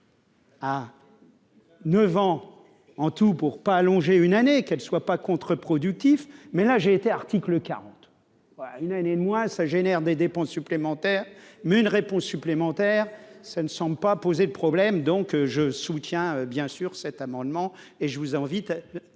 9 ans en tout pour pas allonger une année qu'elle soit pas contre-productif, mais là j'ai été, article 40. Une année de moi ça génère des dépenses supplémentaires mais une réponse supplémentaire, ça ne semble pas poser de problème, donc je soutiens bien sûr cet amendement et je vous invite,